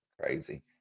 Crazy